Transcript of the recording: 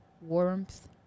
warmth